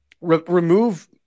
Remove